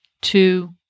two